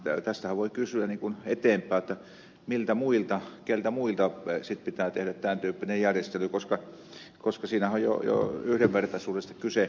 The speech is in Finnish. tästähän voi kysyä eteenpäin keille muille sitten pitää tehdä tämän tyyppinen järjestely koska siinähän on jo yhdenvertaisuudesta kyse